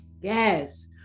Yes